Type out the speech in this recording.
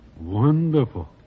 Wonderful